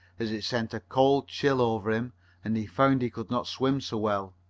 as it sent a cold chill over him and he found he could not swim so well.